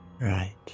right